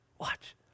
watch